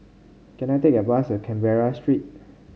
can I take a bus to Canberra Street